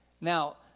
Now